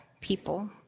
people